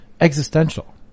existential